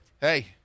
Hey